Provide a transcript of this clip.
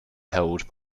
held